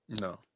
No